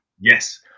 yes